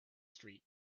street